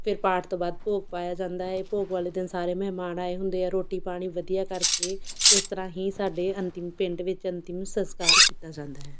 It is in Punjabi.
ਫਿਰ ਪਾਠ ਤੋਂ ਬਾਅਦ ਭੋਗ ਪਾਇਆ ਜਾਂਦਾ ਏ ਭੋਗ ਵਾਲੇ ਦਿਨ ਸਾਰੇ ਮਹਿਮਾਨ ਆਏ ਹੁੰਦੇ ਆ ਰੋਟੀ ਪਾਣੀ ਵਧੀਆ ਕਰਕੇ ਇਸ ਤਰ੍ਹਾਂ ਹੀ ਸਾਡੇ ਅੰਤਿਮ ਪਿੰਡ ਵਿੱਚ ਅੰਤਿਮ ਸੰਸਕਾਰ ਕੀਤਾ ਜਾਂਦਾ ਹੈ